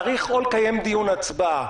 צריך או לקיים דיון הצבעה,